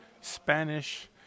Spanish